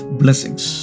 blessings